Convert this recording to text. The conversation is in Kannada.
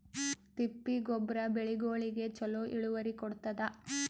ತಿಪ್ಪಿ ಗೊಬ್ಬರ ಬೆಳಿಗೋಳಿಗಿ ಚಲೋ ಇಳುವರಿ ಕೊಡತಾದ?